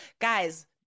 guys